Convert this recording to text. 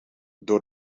door